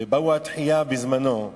ובאו התחיה בזמנו,